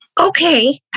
Okay